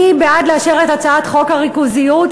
אני בעד לאשר את הצעת חוק הריכוזיות,